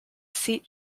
seat